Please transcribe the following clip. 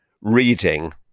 reading